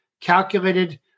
calculated